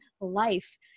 life